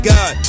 God